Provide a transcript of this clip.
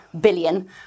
billion